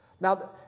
Now